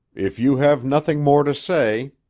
if you have nothing more to say,